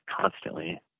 constantly